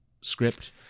script